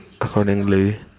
accordingly